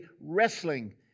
wrestling